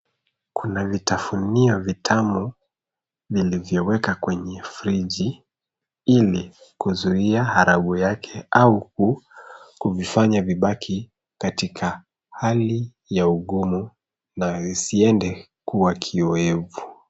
Kuna vitafunio vitamu vilivyowekwa kwenye friji ili kuzuia harabu yake au kuvifanya vibaki katika hali ya ugumu na isiende kuwa kiowevu.